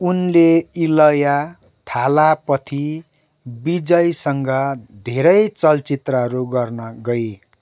उनले इलया थालापथी विजयसँग धेरै चलचित्रहरू गर्न गइ